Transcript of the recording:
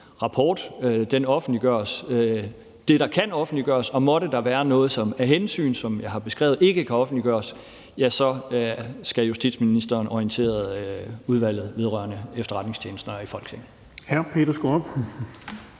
rapport, der kan offentliggøres, og måtte der være noget, som af hensyn, som jeg har beskrevet, ikke kan offentliggøres, så skal justitsministeren orientere Udvalget vedrørende Efterretningstjenesterne i Folketinget.